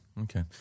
okay